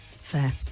Fair